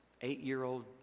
eight-year-old